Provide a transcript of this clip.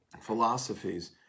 philosophies